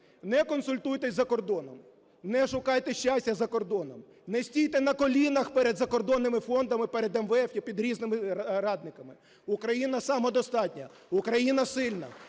Не консультуйтесь за кордоном. Не шукайте щастя за кордоном. Не стійте на колінах перед закордонними фондами, перед МВФ і перед різними радниками. Україна самодостатня. Україна сильна.